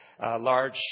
large